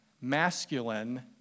masculine